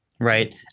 Right